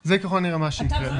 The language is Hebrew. זה ככל הנראה מה שיקרה.